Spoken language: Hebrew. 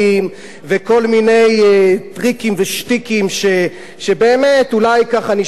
טריקים ושטיקים שבאמת אולי נשמעים נחמד.